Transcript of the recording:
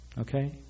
Okay